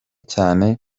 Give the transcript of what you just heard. cyane